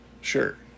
Sure